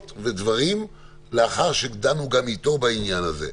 ודברים לאחר שדנו גם איתו בעניין הזה.